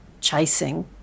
chasing